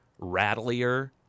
rattlier